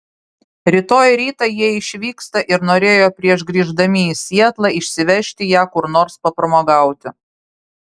rytoj rytą jie išvyksta ir norėjo prieš grįždami į sietlą išsivežti ją kur nors papramogauti